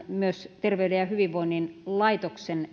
myös terveyden ja hyvinvoinnin laitoksen